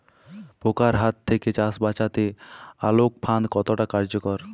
পোকার হাত থেকে চাষ বাচাতে আলোক ফাঁদ কতটা কার্যকর?